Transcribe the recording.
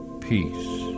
peace